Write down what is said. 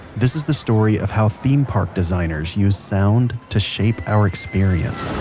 this is the story of how theme park designers use sound to shape our experience